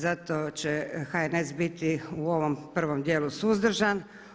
Zato će HNS biti u ovom prvom dijelu suzdržan.